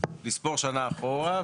לספור שנה אחורה,